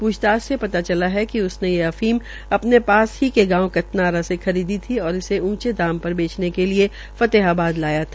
पूछताछ से पता चला कि उसने ये अफीम अपने पास के गांव कतनारा से खरीद थी और इसे ऊंची कीमत पर बेचने के लिये फतेहाबाद लाया था